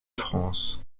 france